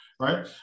Right